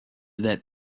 that